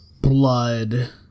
blood